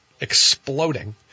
exploding